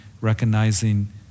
recognizing